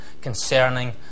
concerning